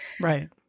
Right